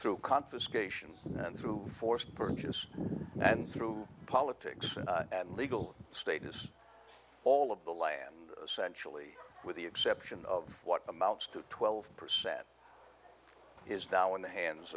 through confiscation and through force purchase and through politics and legal status all of the land sensually with the exception of what amounts to twelve percent is now in the hands